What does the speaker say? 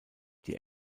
die